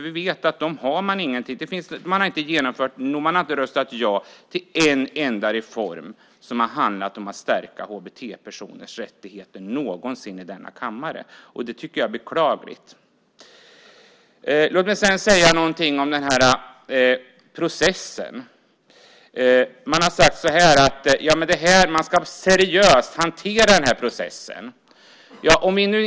Vi vet att de aldrig någonsin har röstat ja i denna kammare till en enda reform som har handlat om att stärka HBT-personers rättigheter. Det tycker jag är beklagligt. Låt mig sedan säga någonting om processen. Man har sagt att man ska hantera den här processen seriöst.